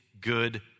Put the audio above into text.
good